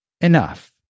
enough